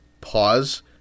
pause